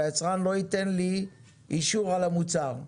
והיצרן לא ייתן לי אישור על המוצר.